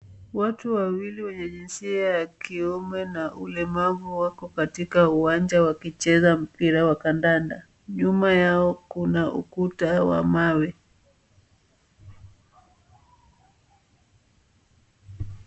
Watu wawili wenye jinsia ya kiume na ulemavu wako katika uwanja wakicheza mpira wa kandanda, nyuma yao kuna ukuta wa mawe.